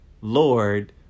Lord